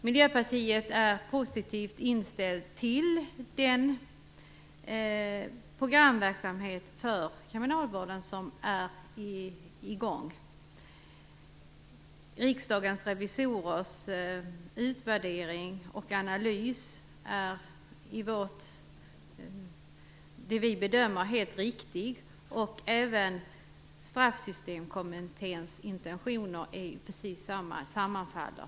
Miljöpartiet är positivt inställt till den programverksamhet för kriminalvården som är i gång. Riksdagens revisorers utvärdering och analys är enligt vår bedömning helt riktig. Likadant är det med Straffsystemkommitténs intentioner, det sammanfaller.